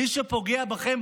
מי שפוגע בכם,